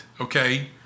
Okay